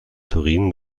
turin